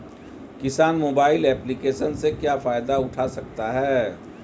किसान mobile application से क्या फायदा उठा सकता है?